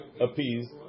appeased